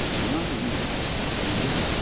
meian ye, jeng yeah